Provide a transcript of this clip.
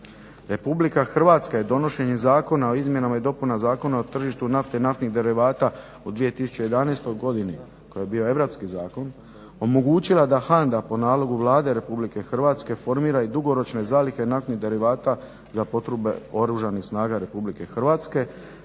Republike Hrvatska je donošenjem Zakona o izmjenama i dopunama Zakona o tržištu nafte i naftnih derivata u 2011. godini koji je bio europski zakon omogućila da HANDA po nalogu Vlade Republike Hrvatske formira i dugoročne zalihe naftnih derivata za potrebe Oružanih snaga Republike Hrvatske,